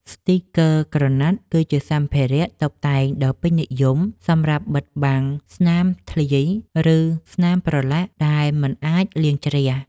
ស្ទីគ័រក្រណាត់ គឺជាសម្ភារៈតុបតែងដ៏ពេញនិយមសម្រាប់បិទបាំងស្នាមធ្លាយ ឬស្នាមប្រឡាក់ដែលមិនអាចលាងជ្រះ។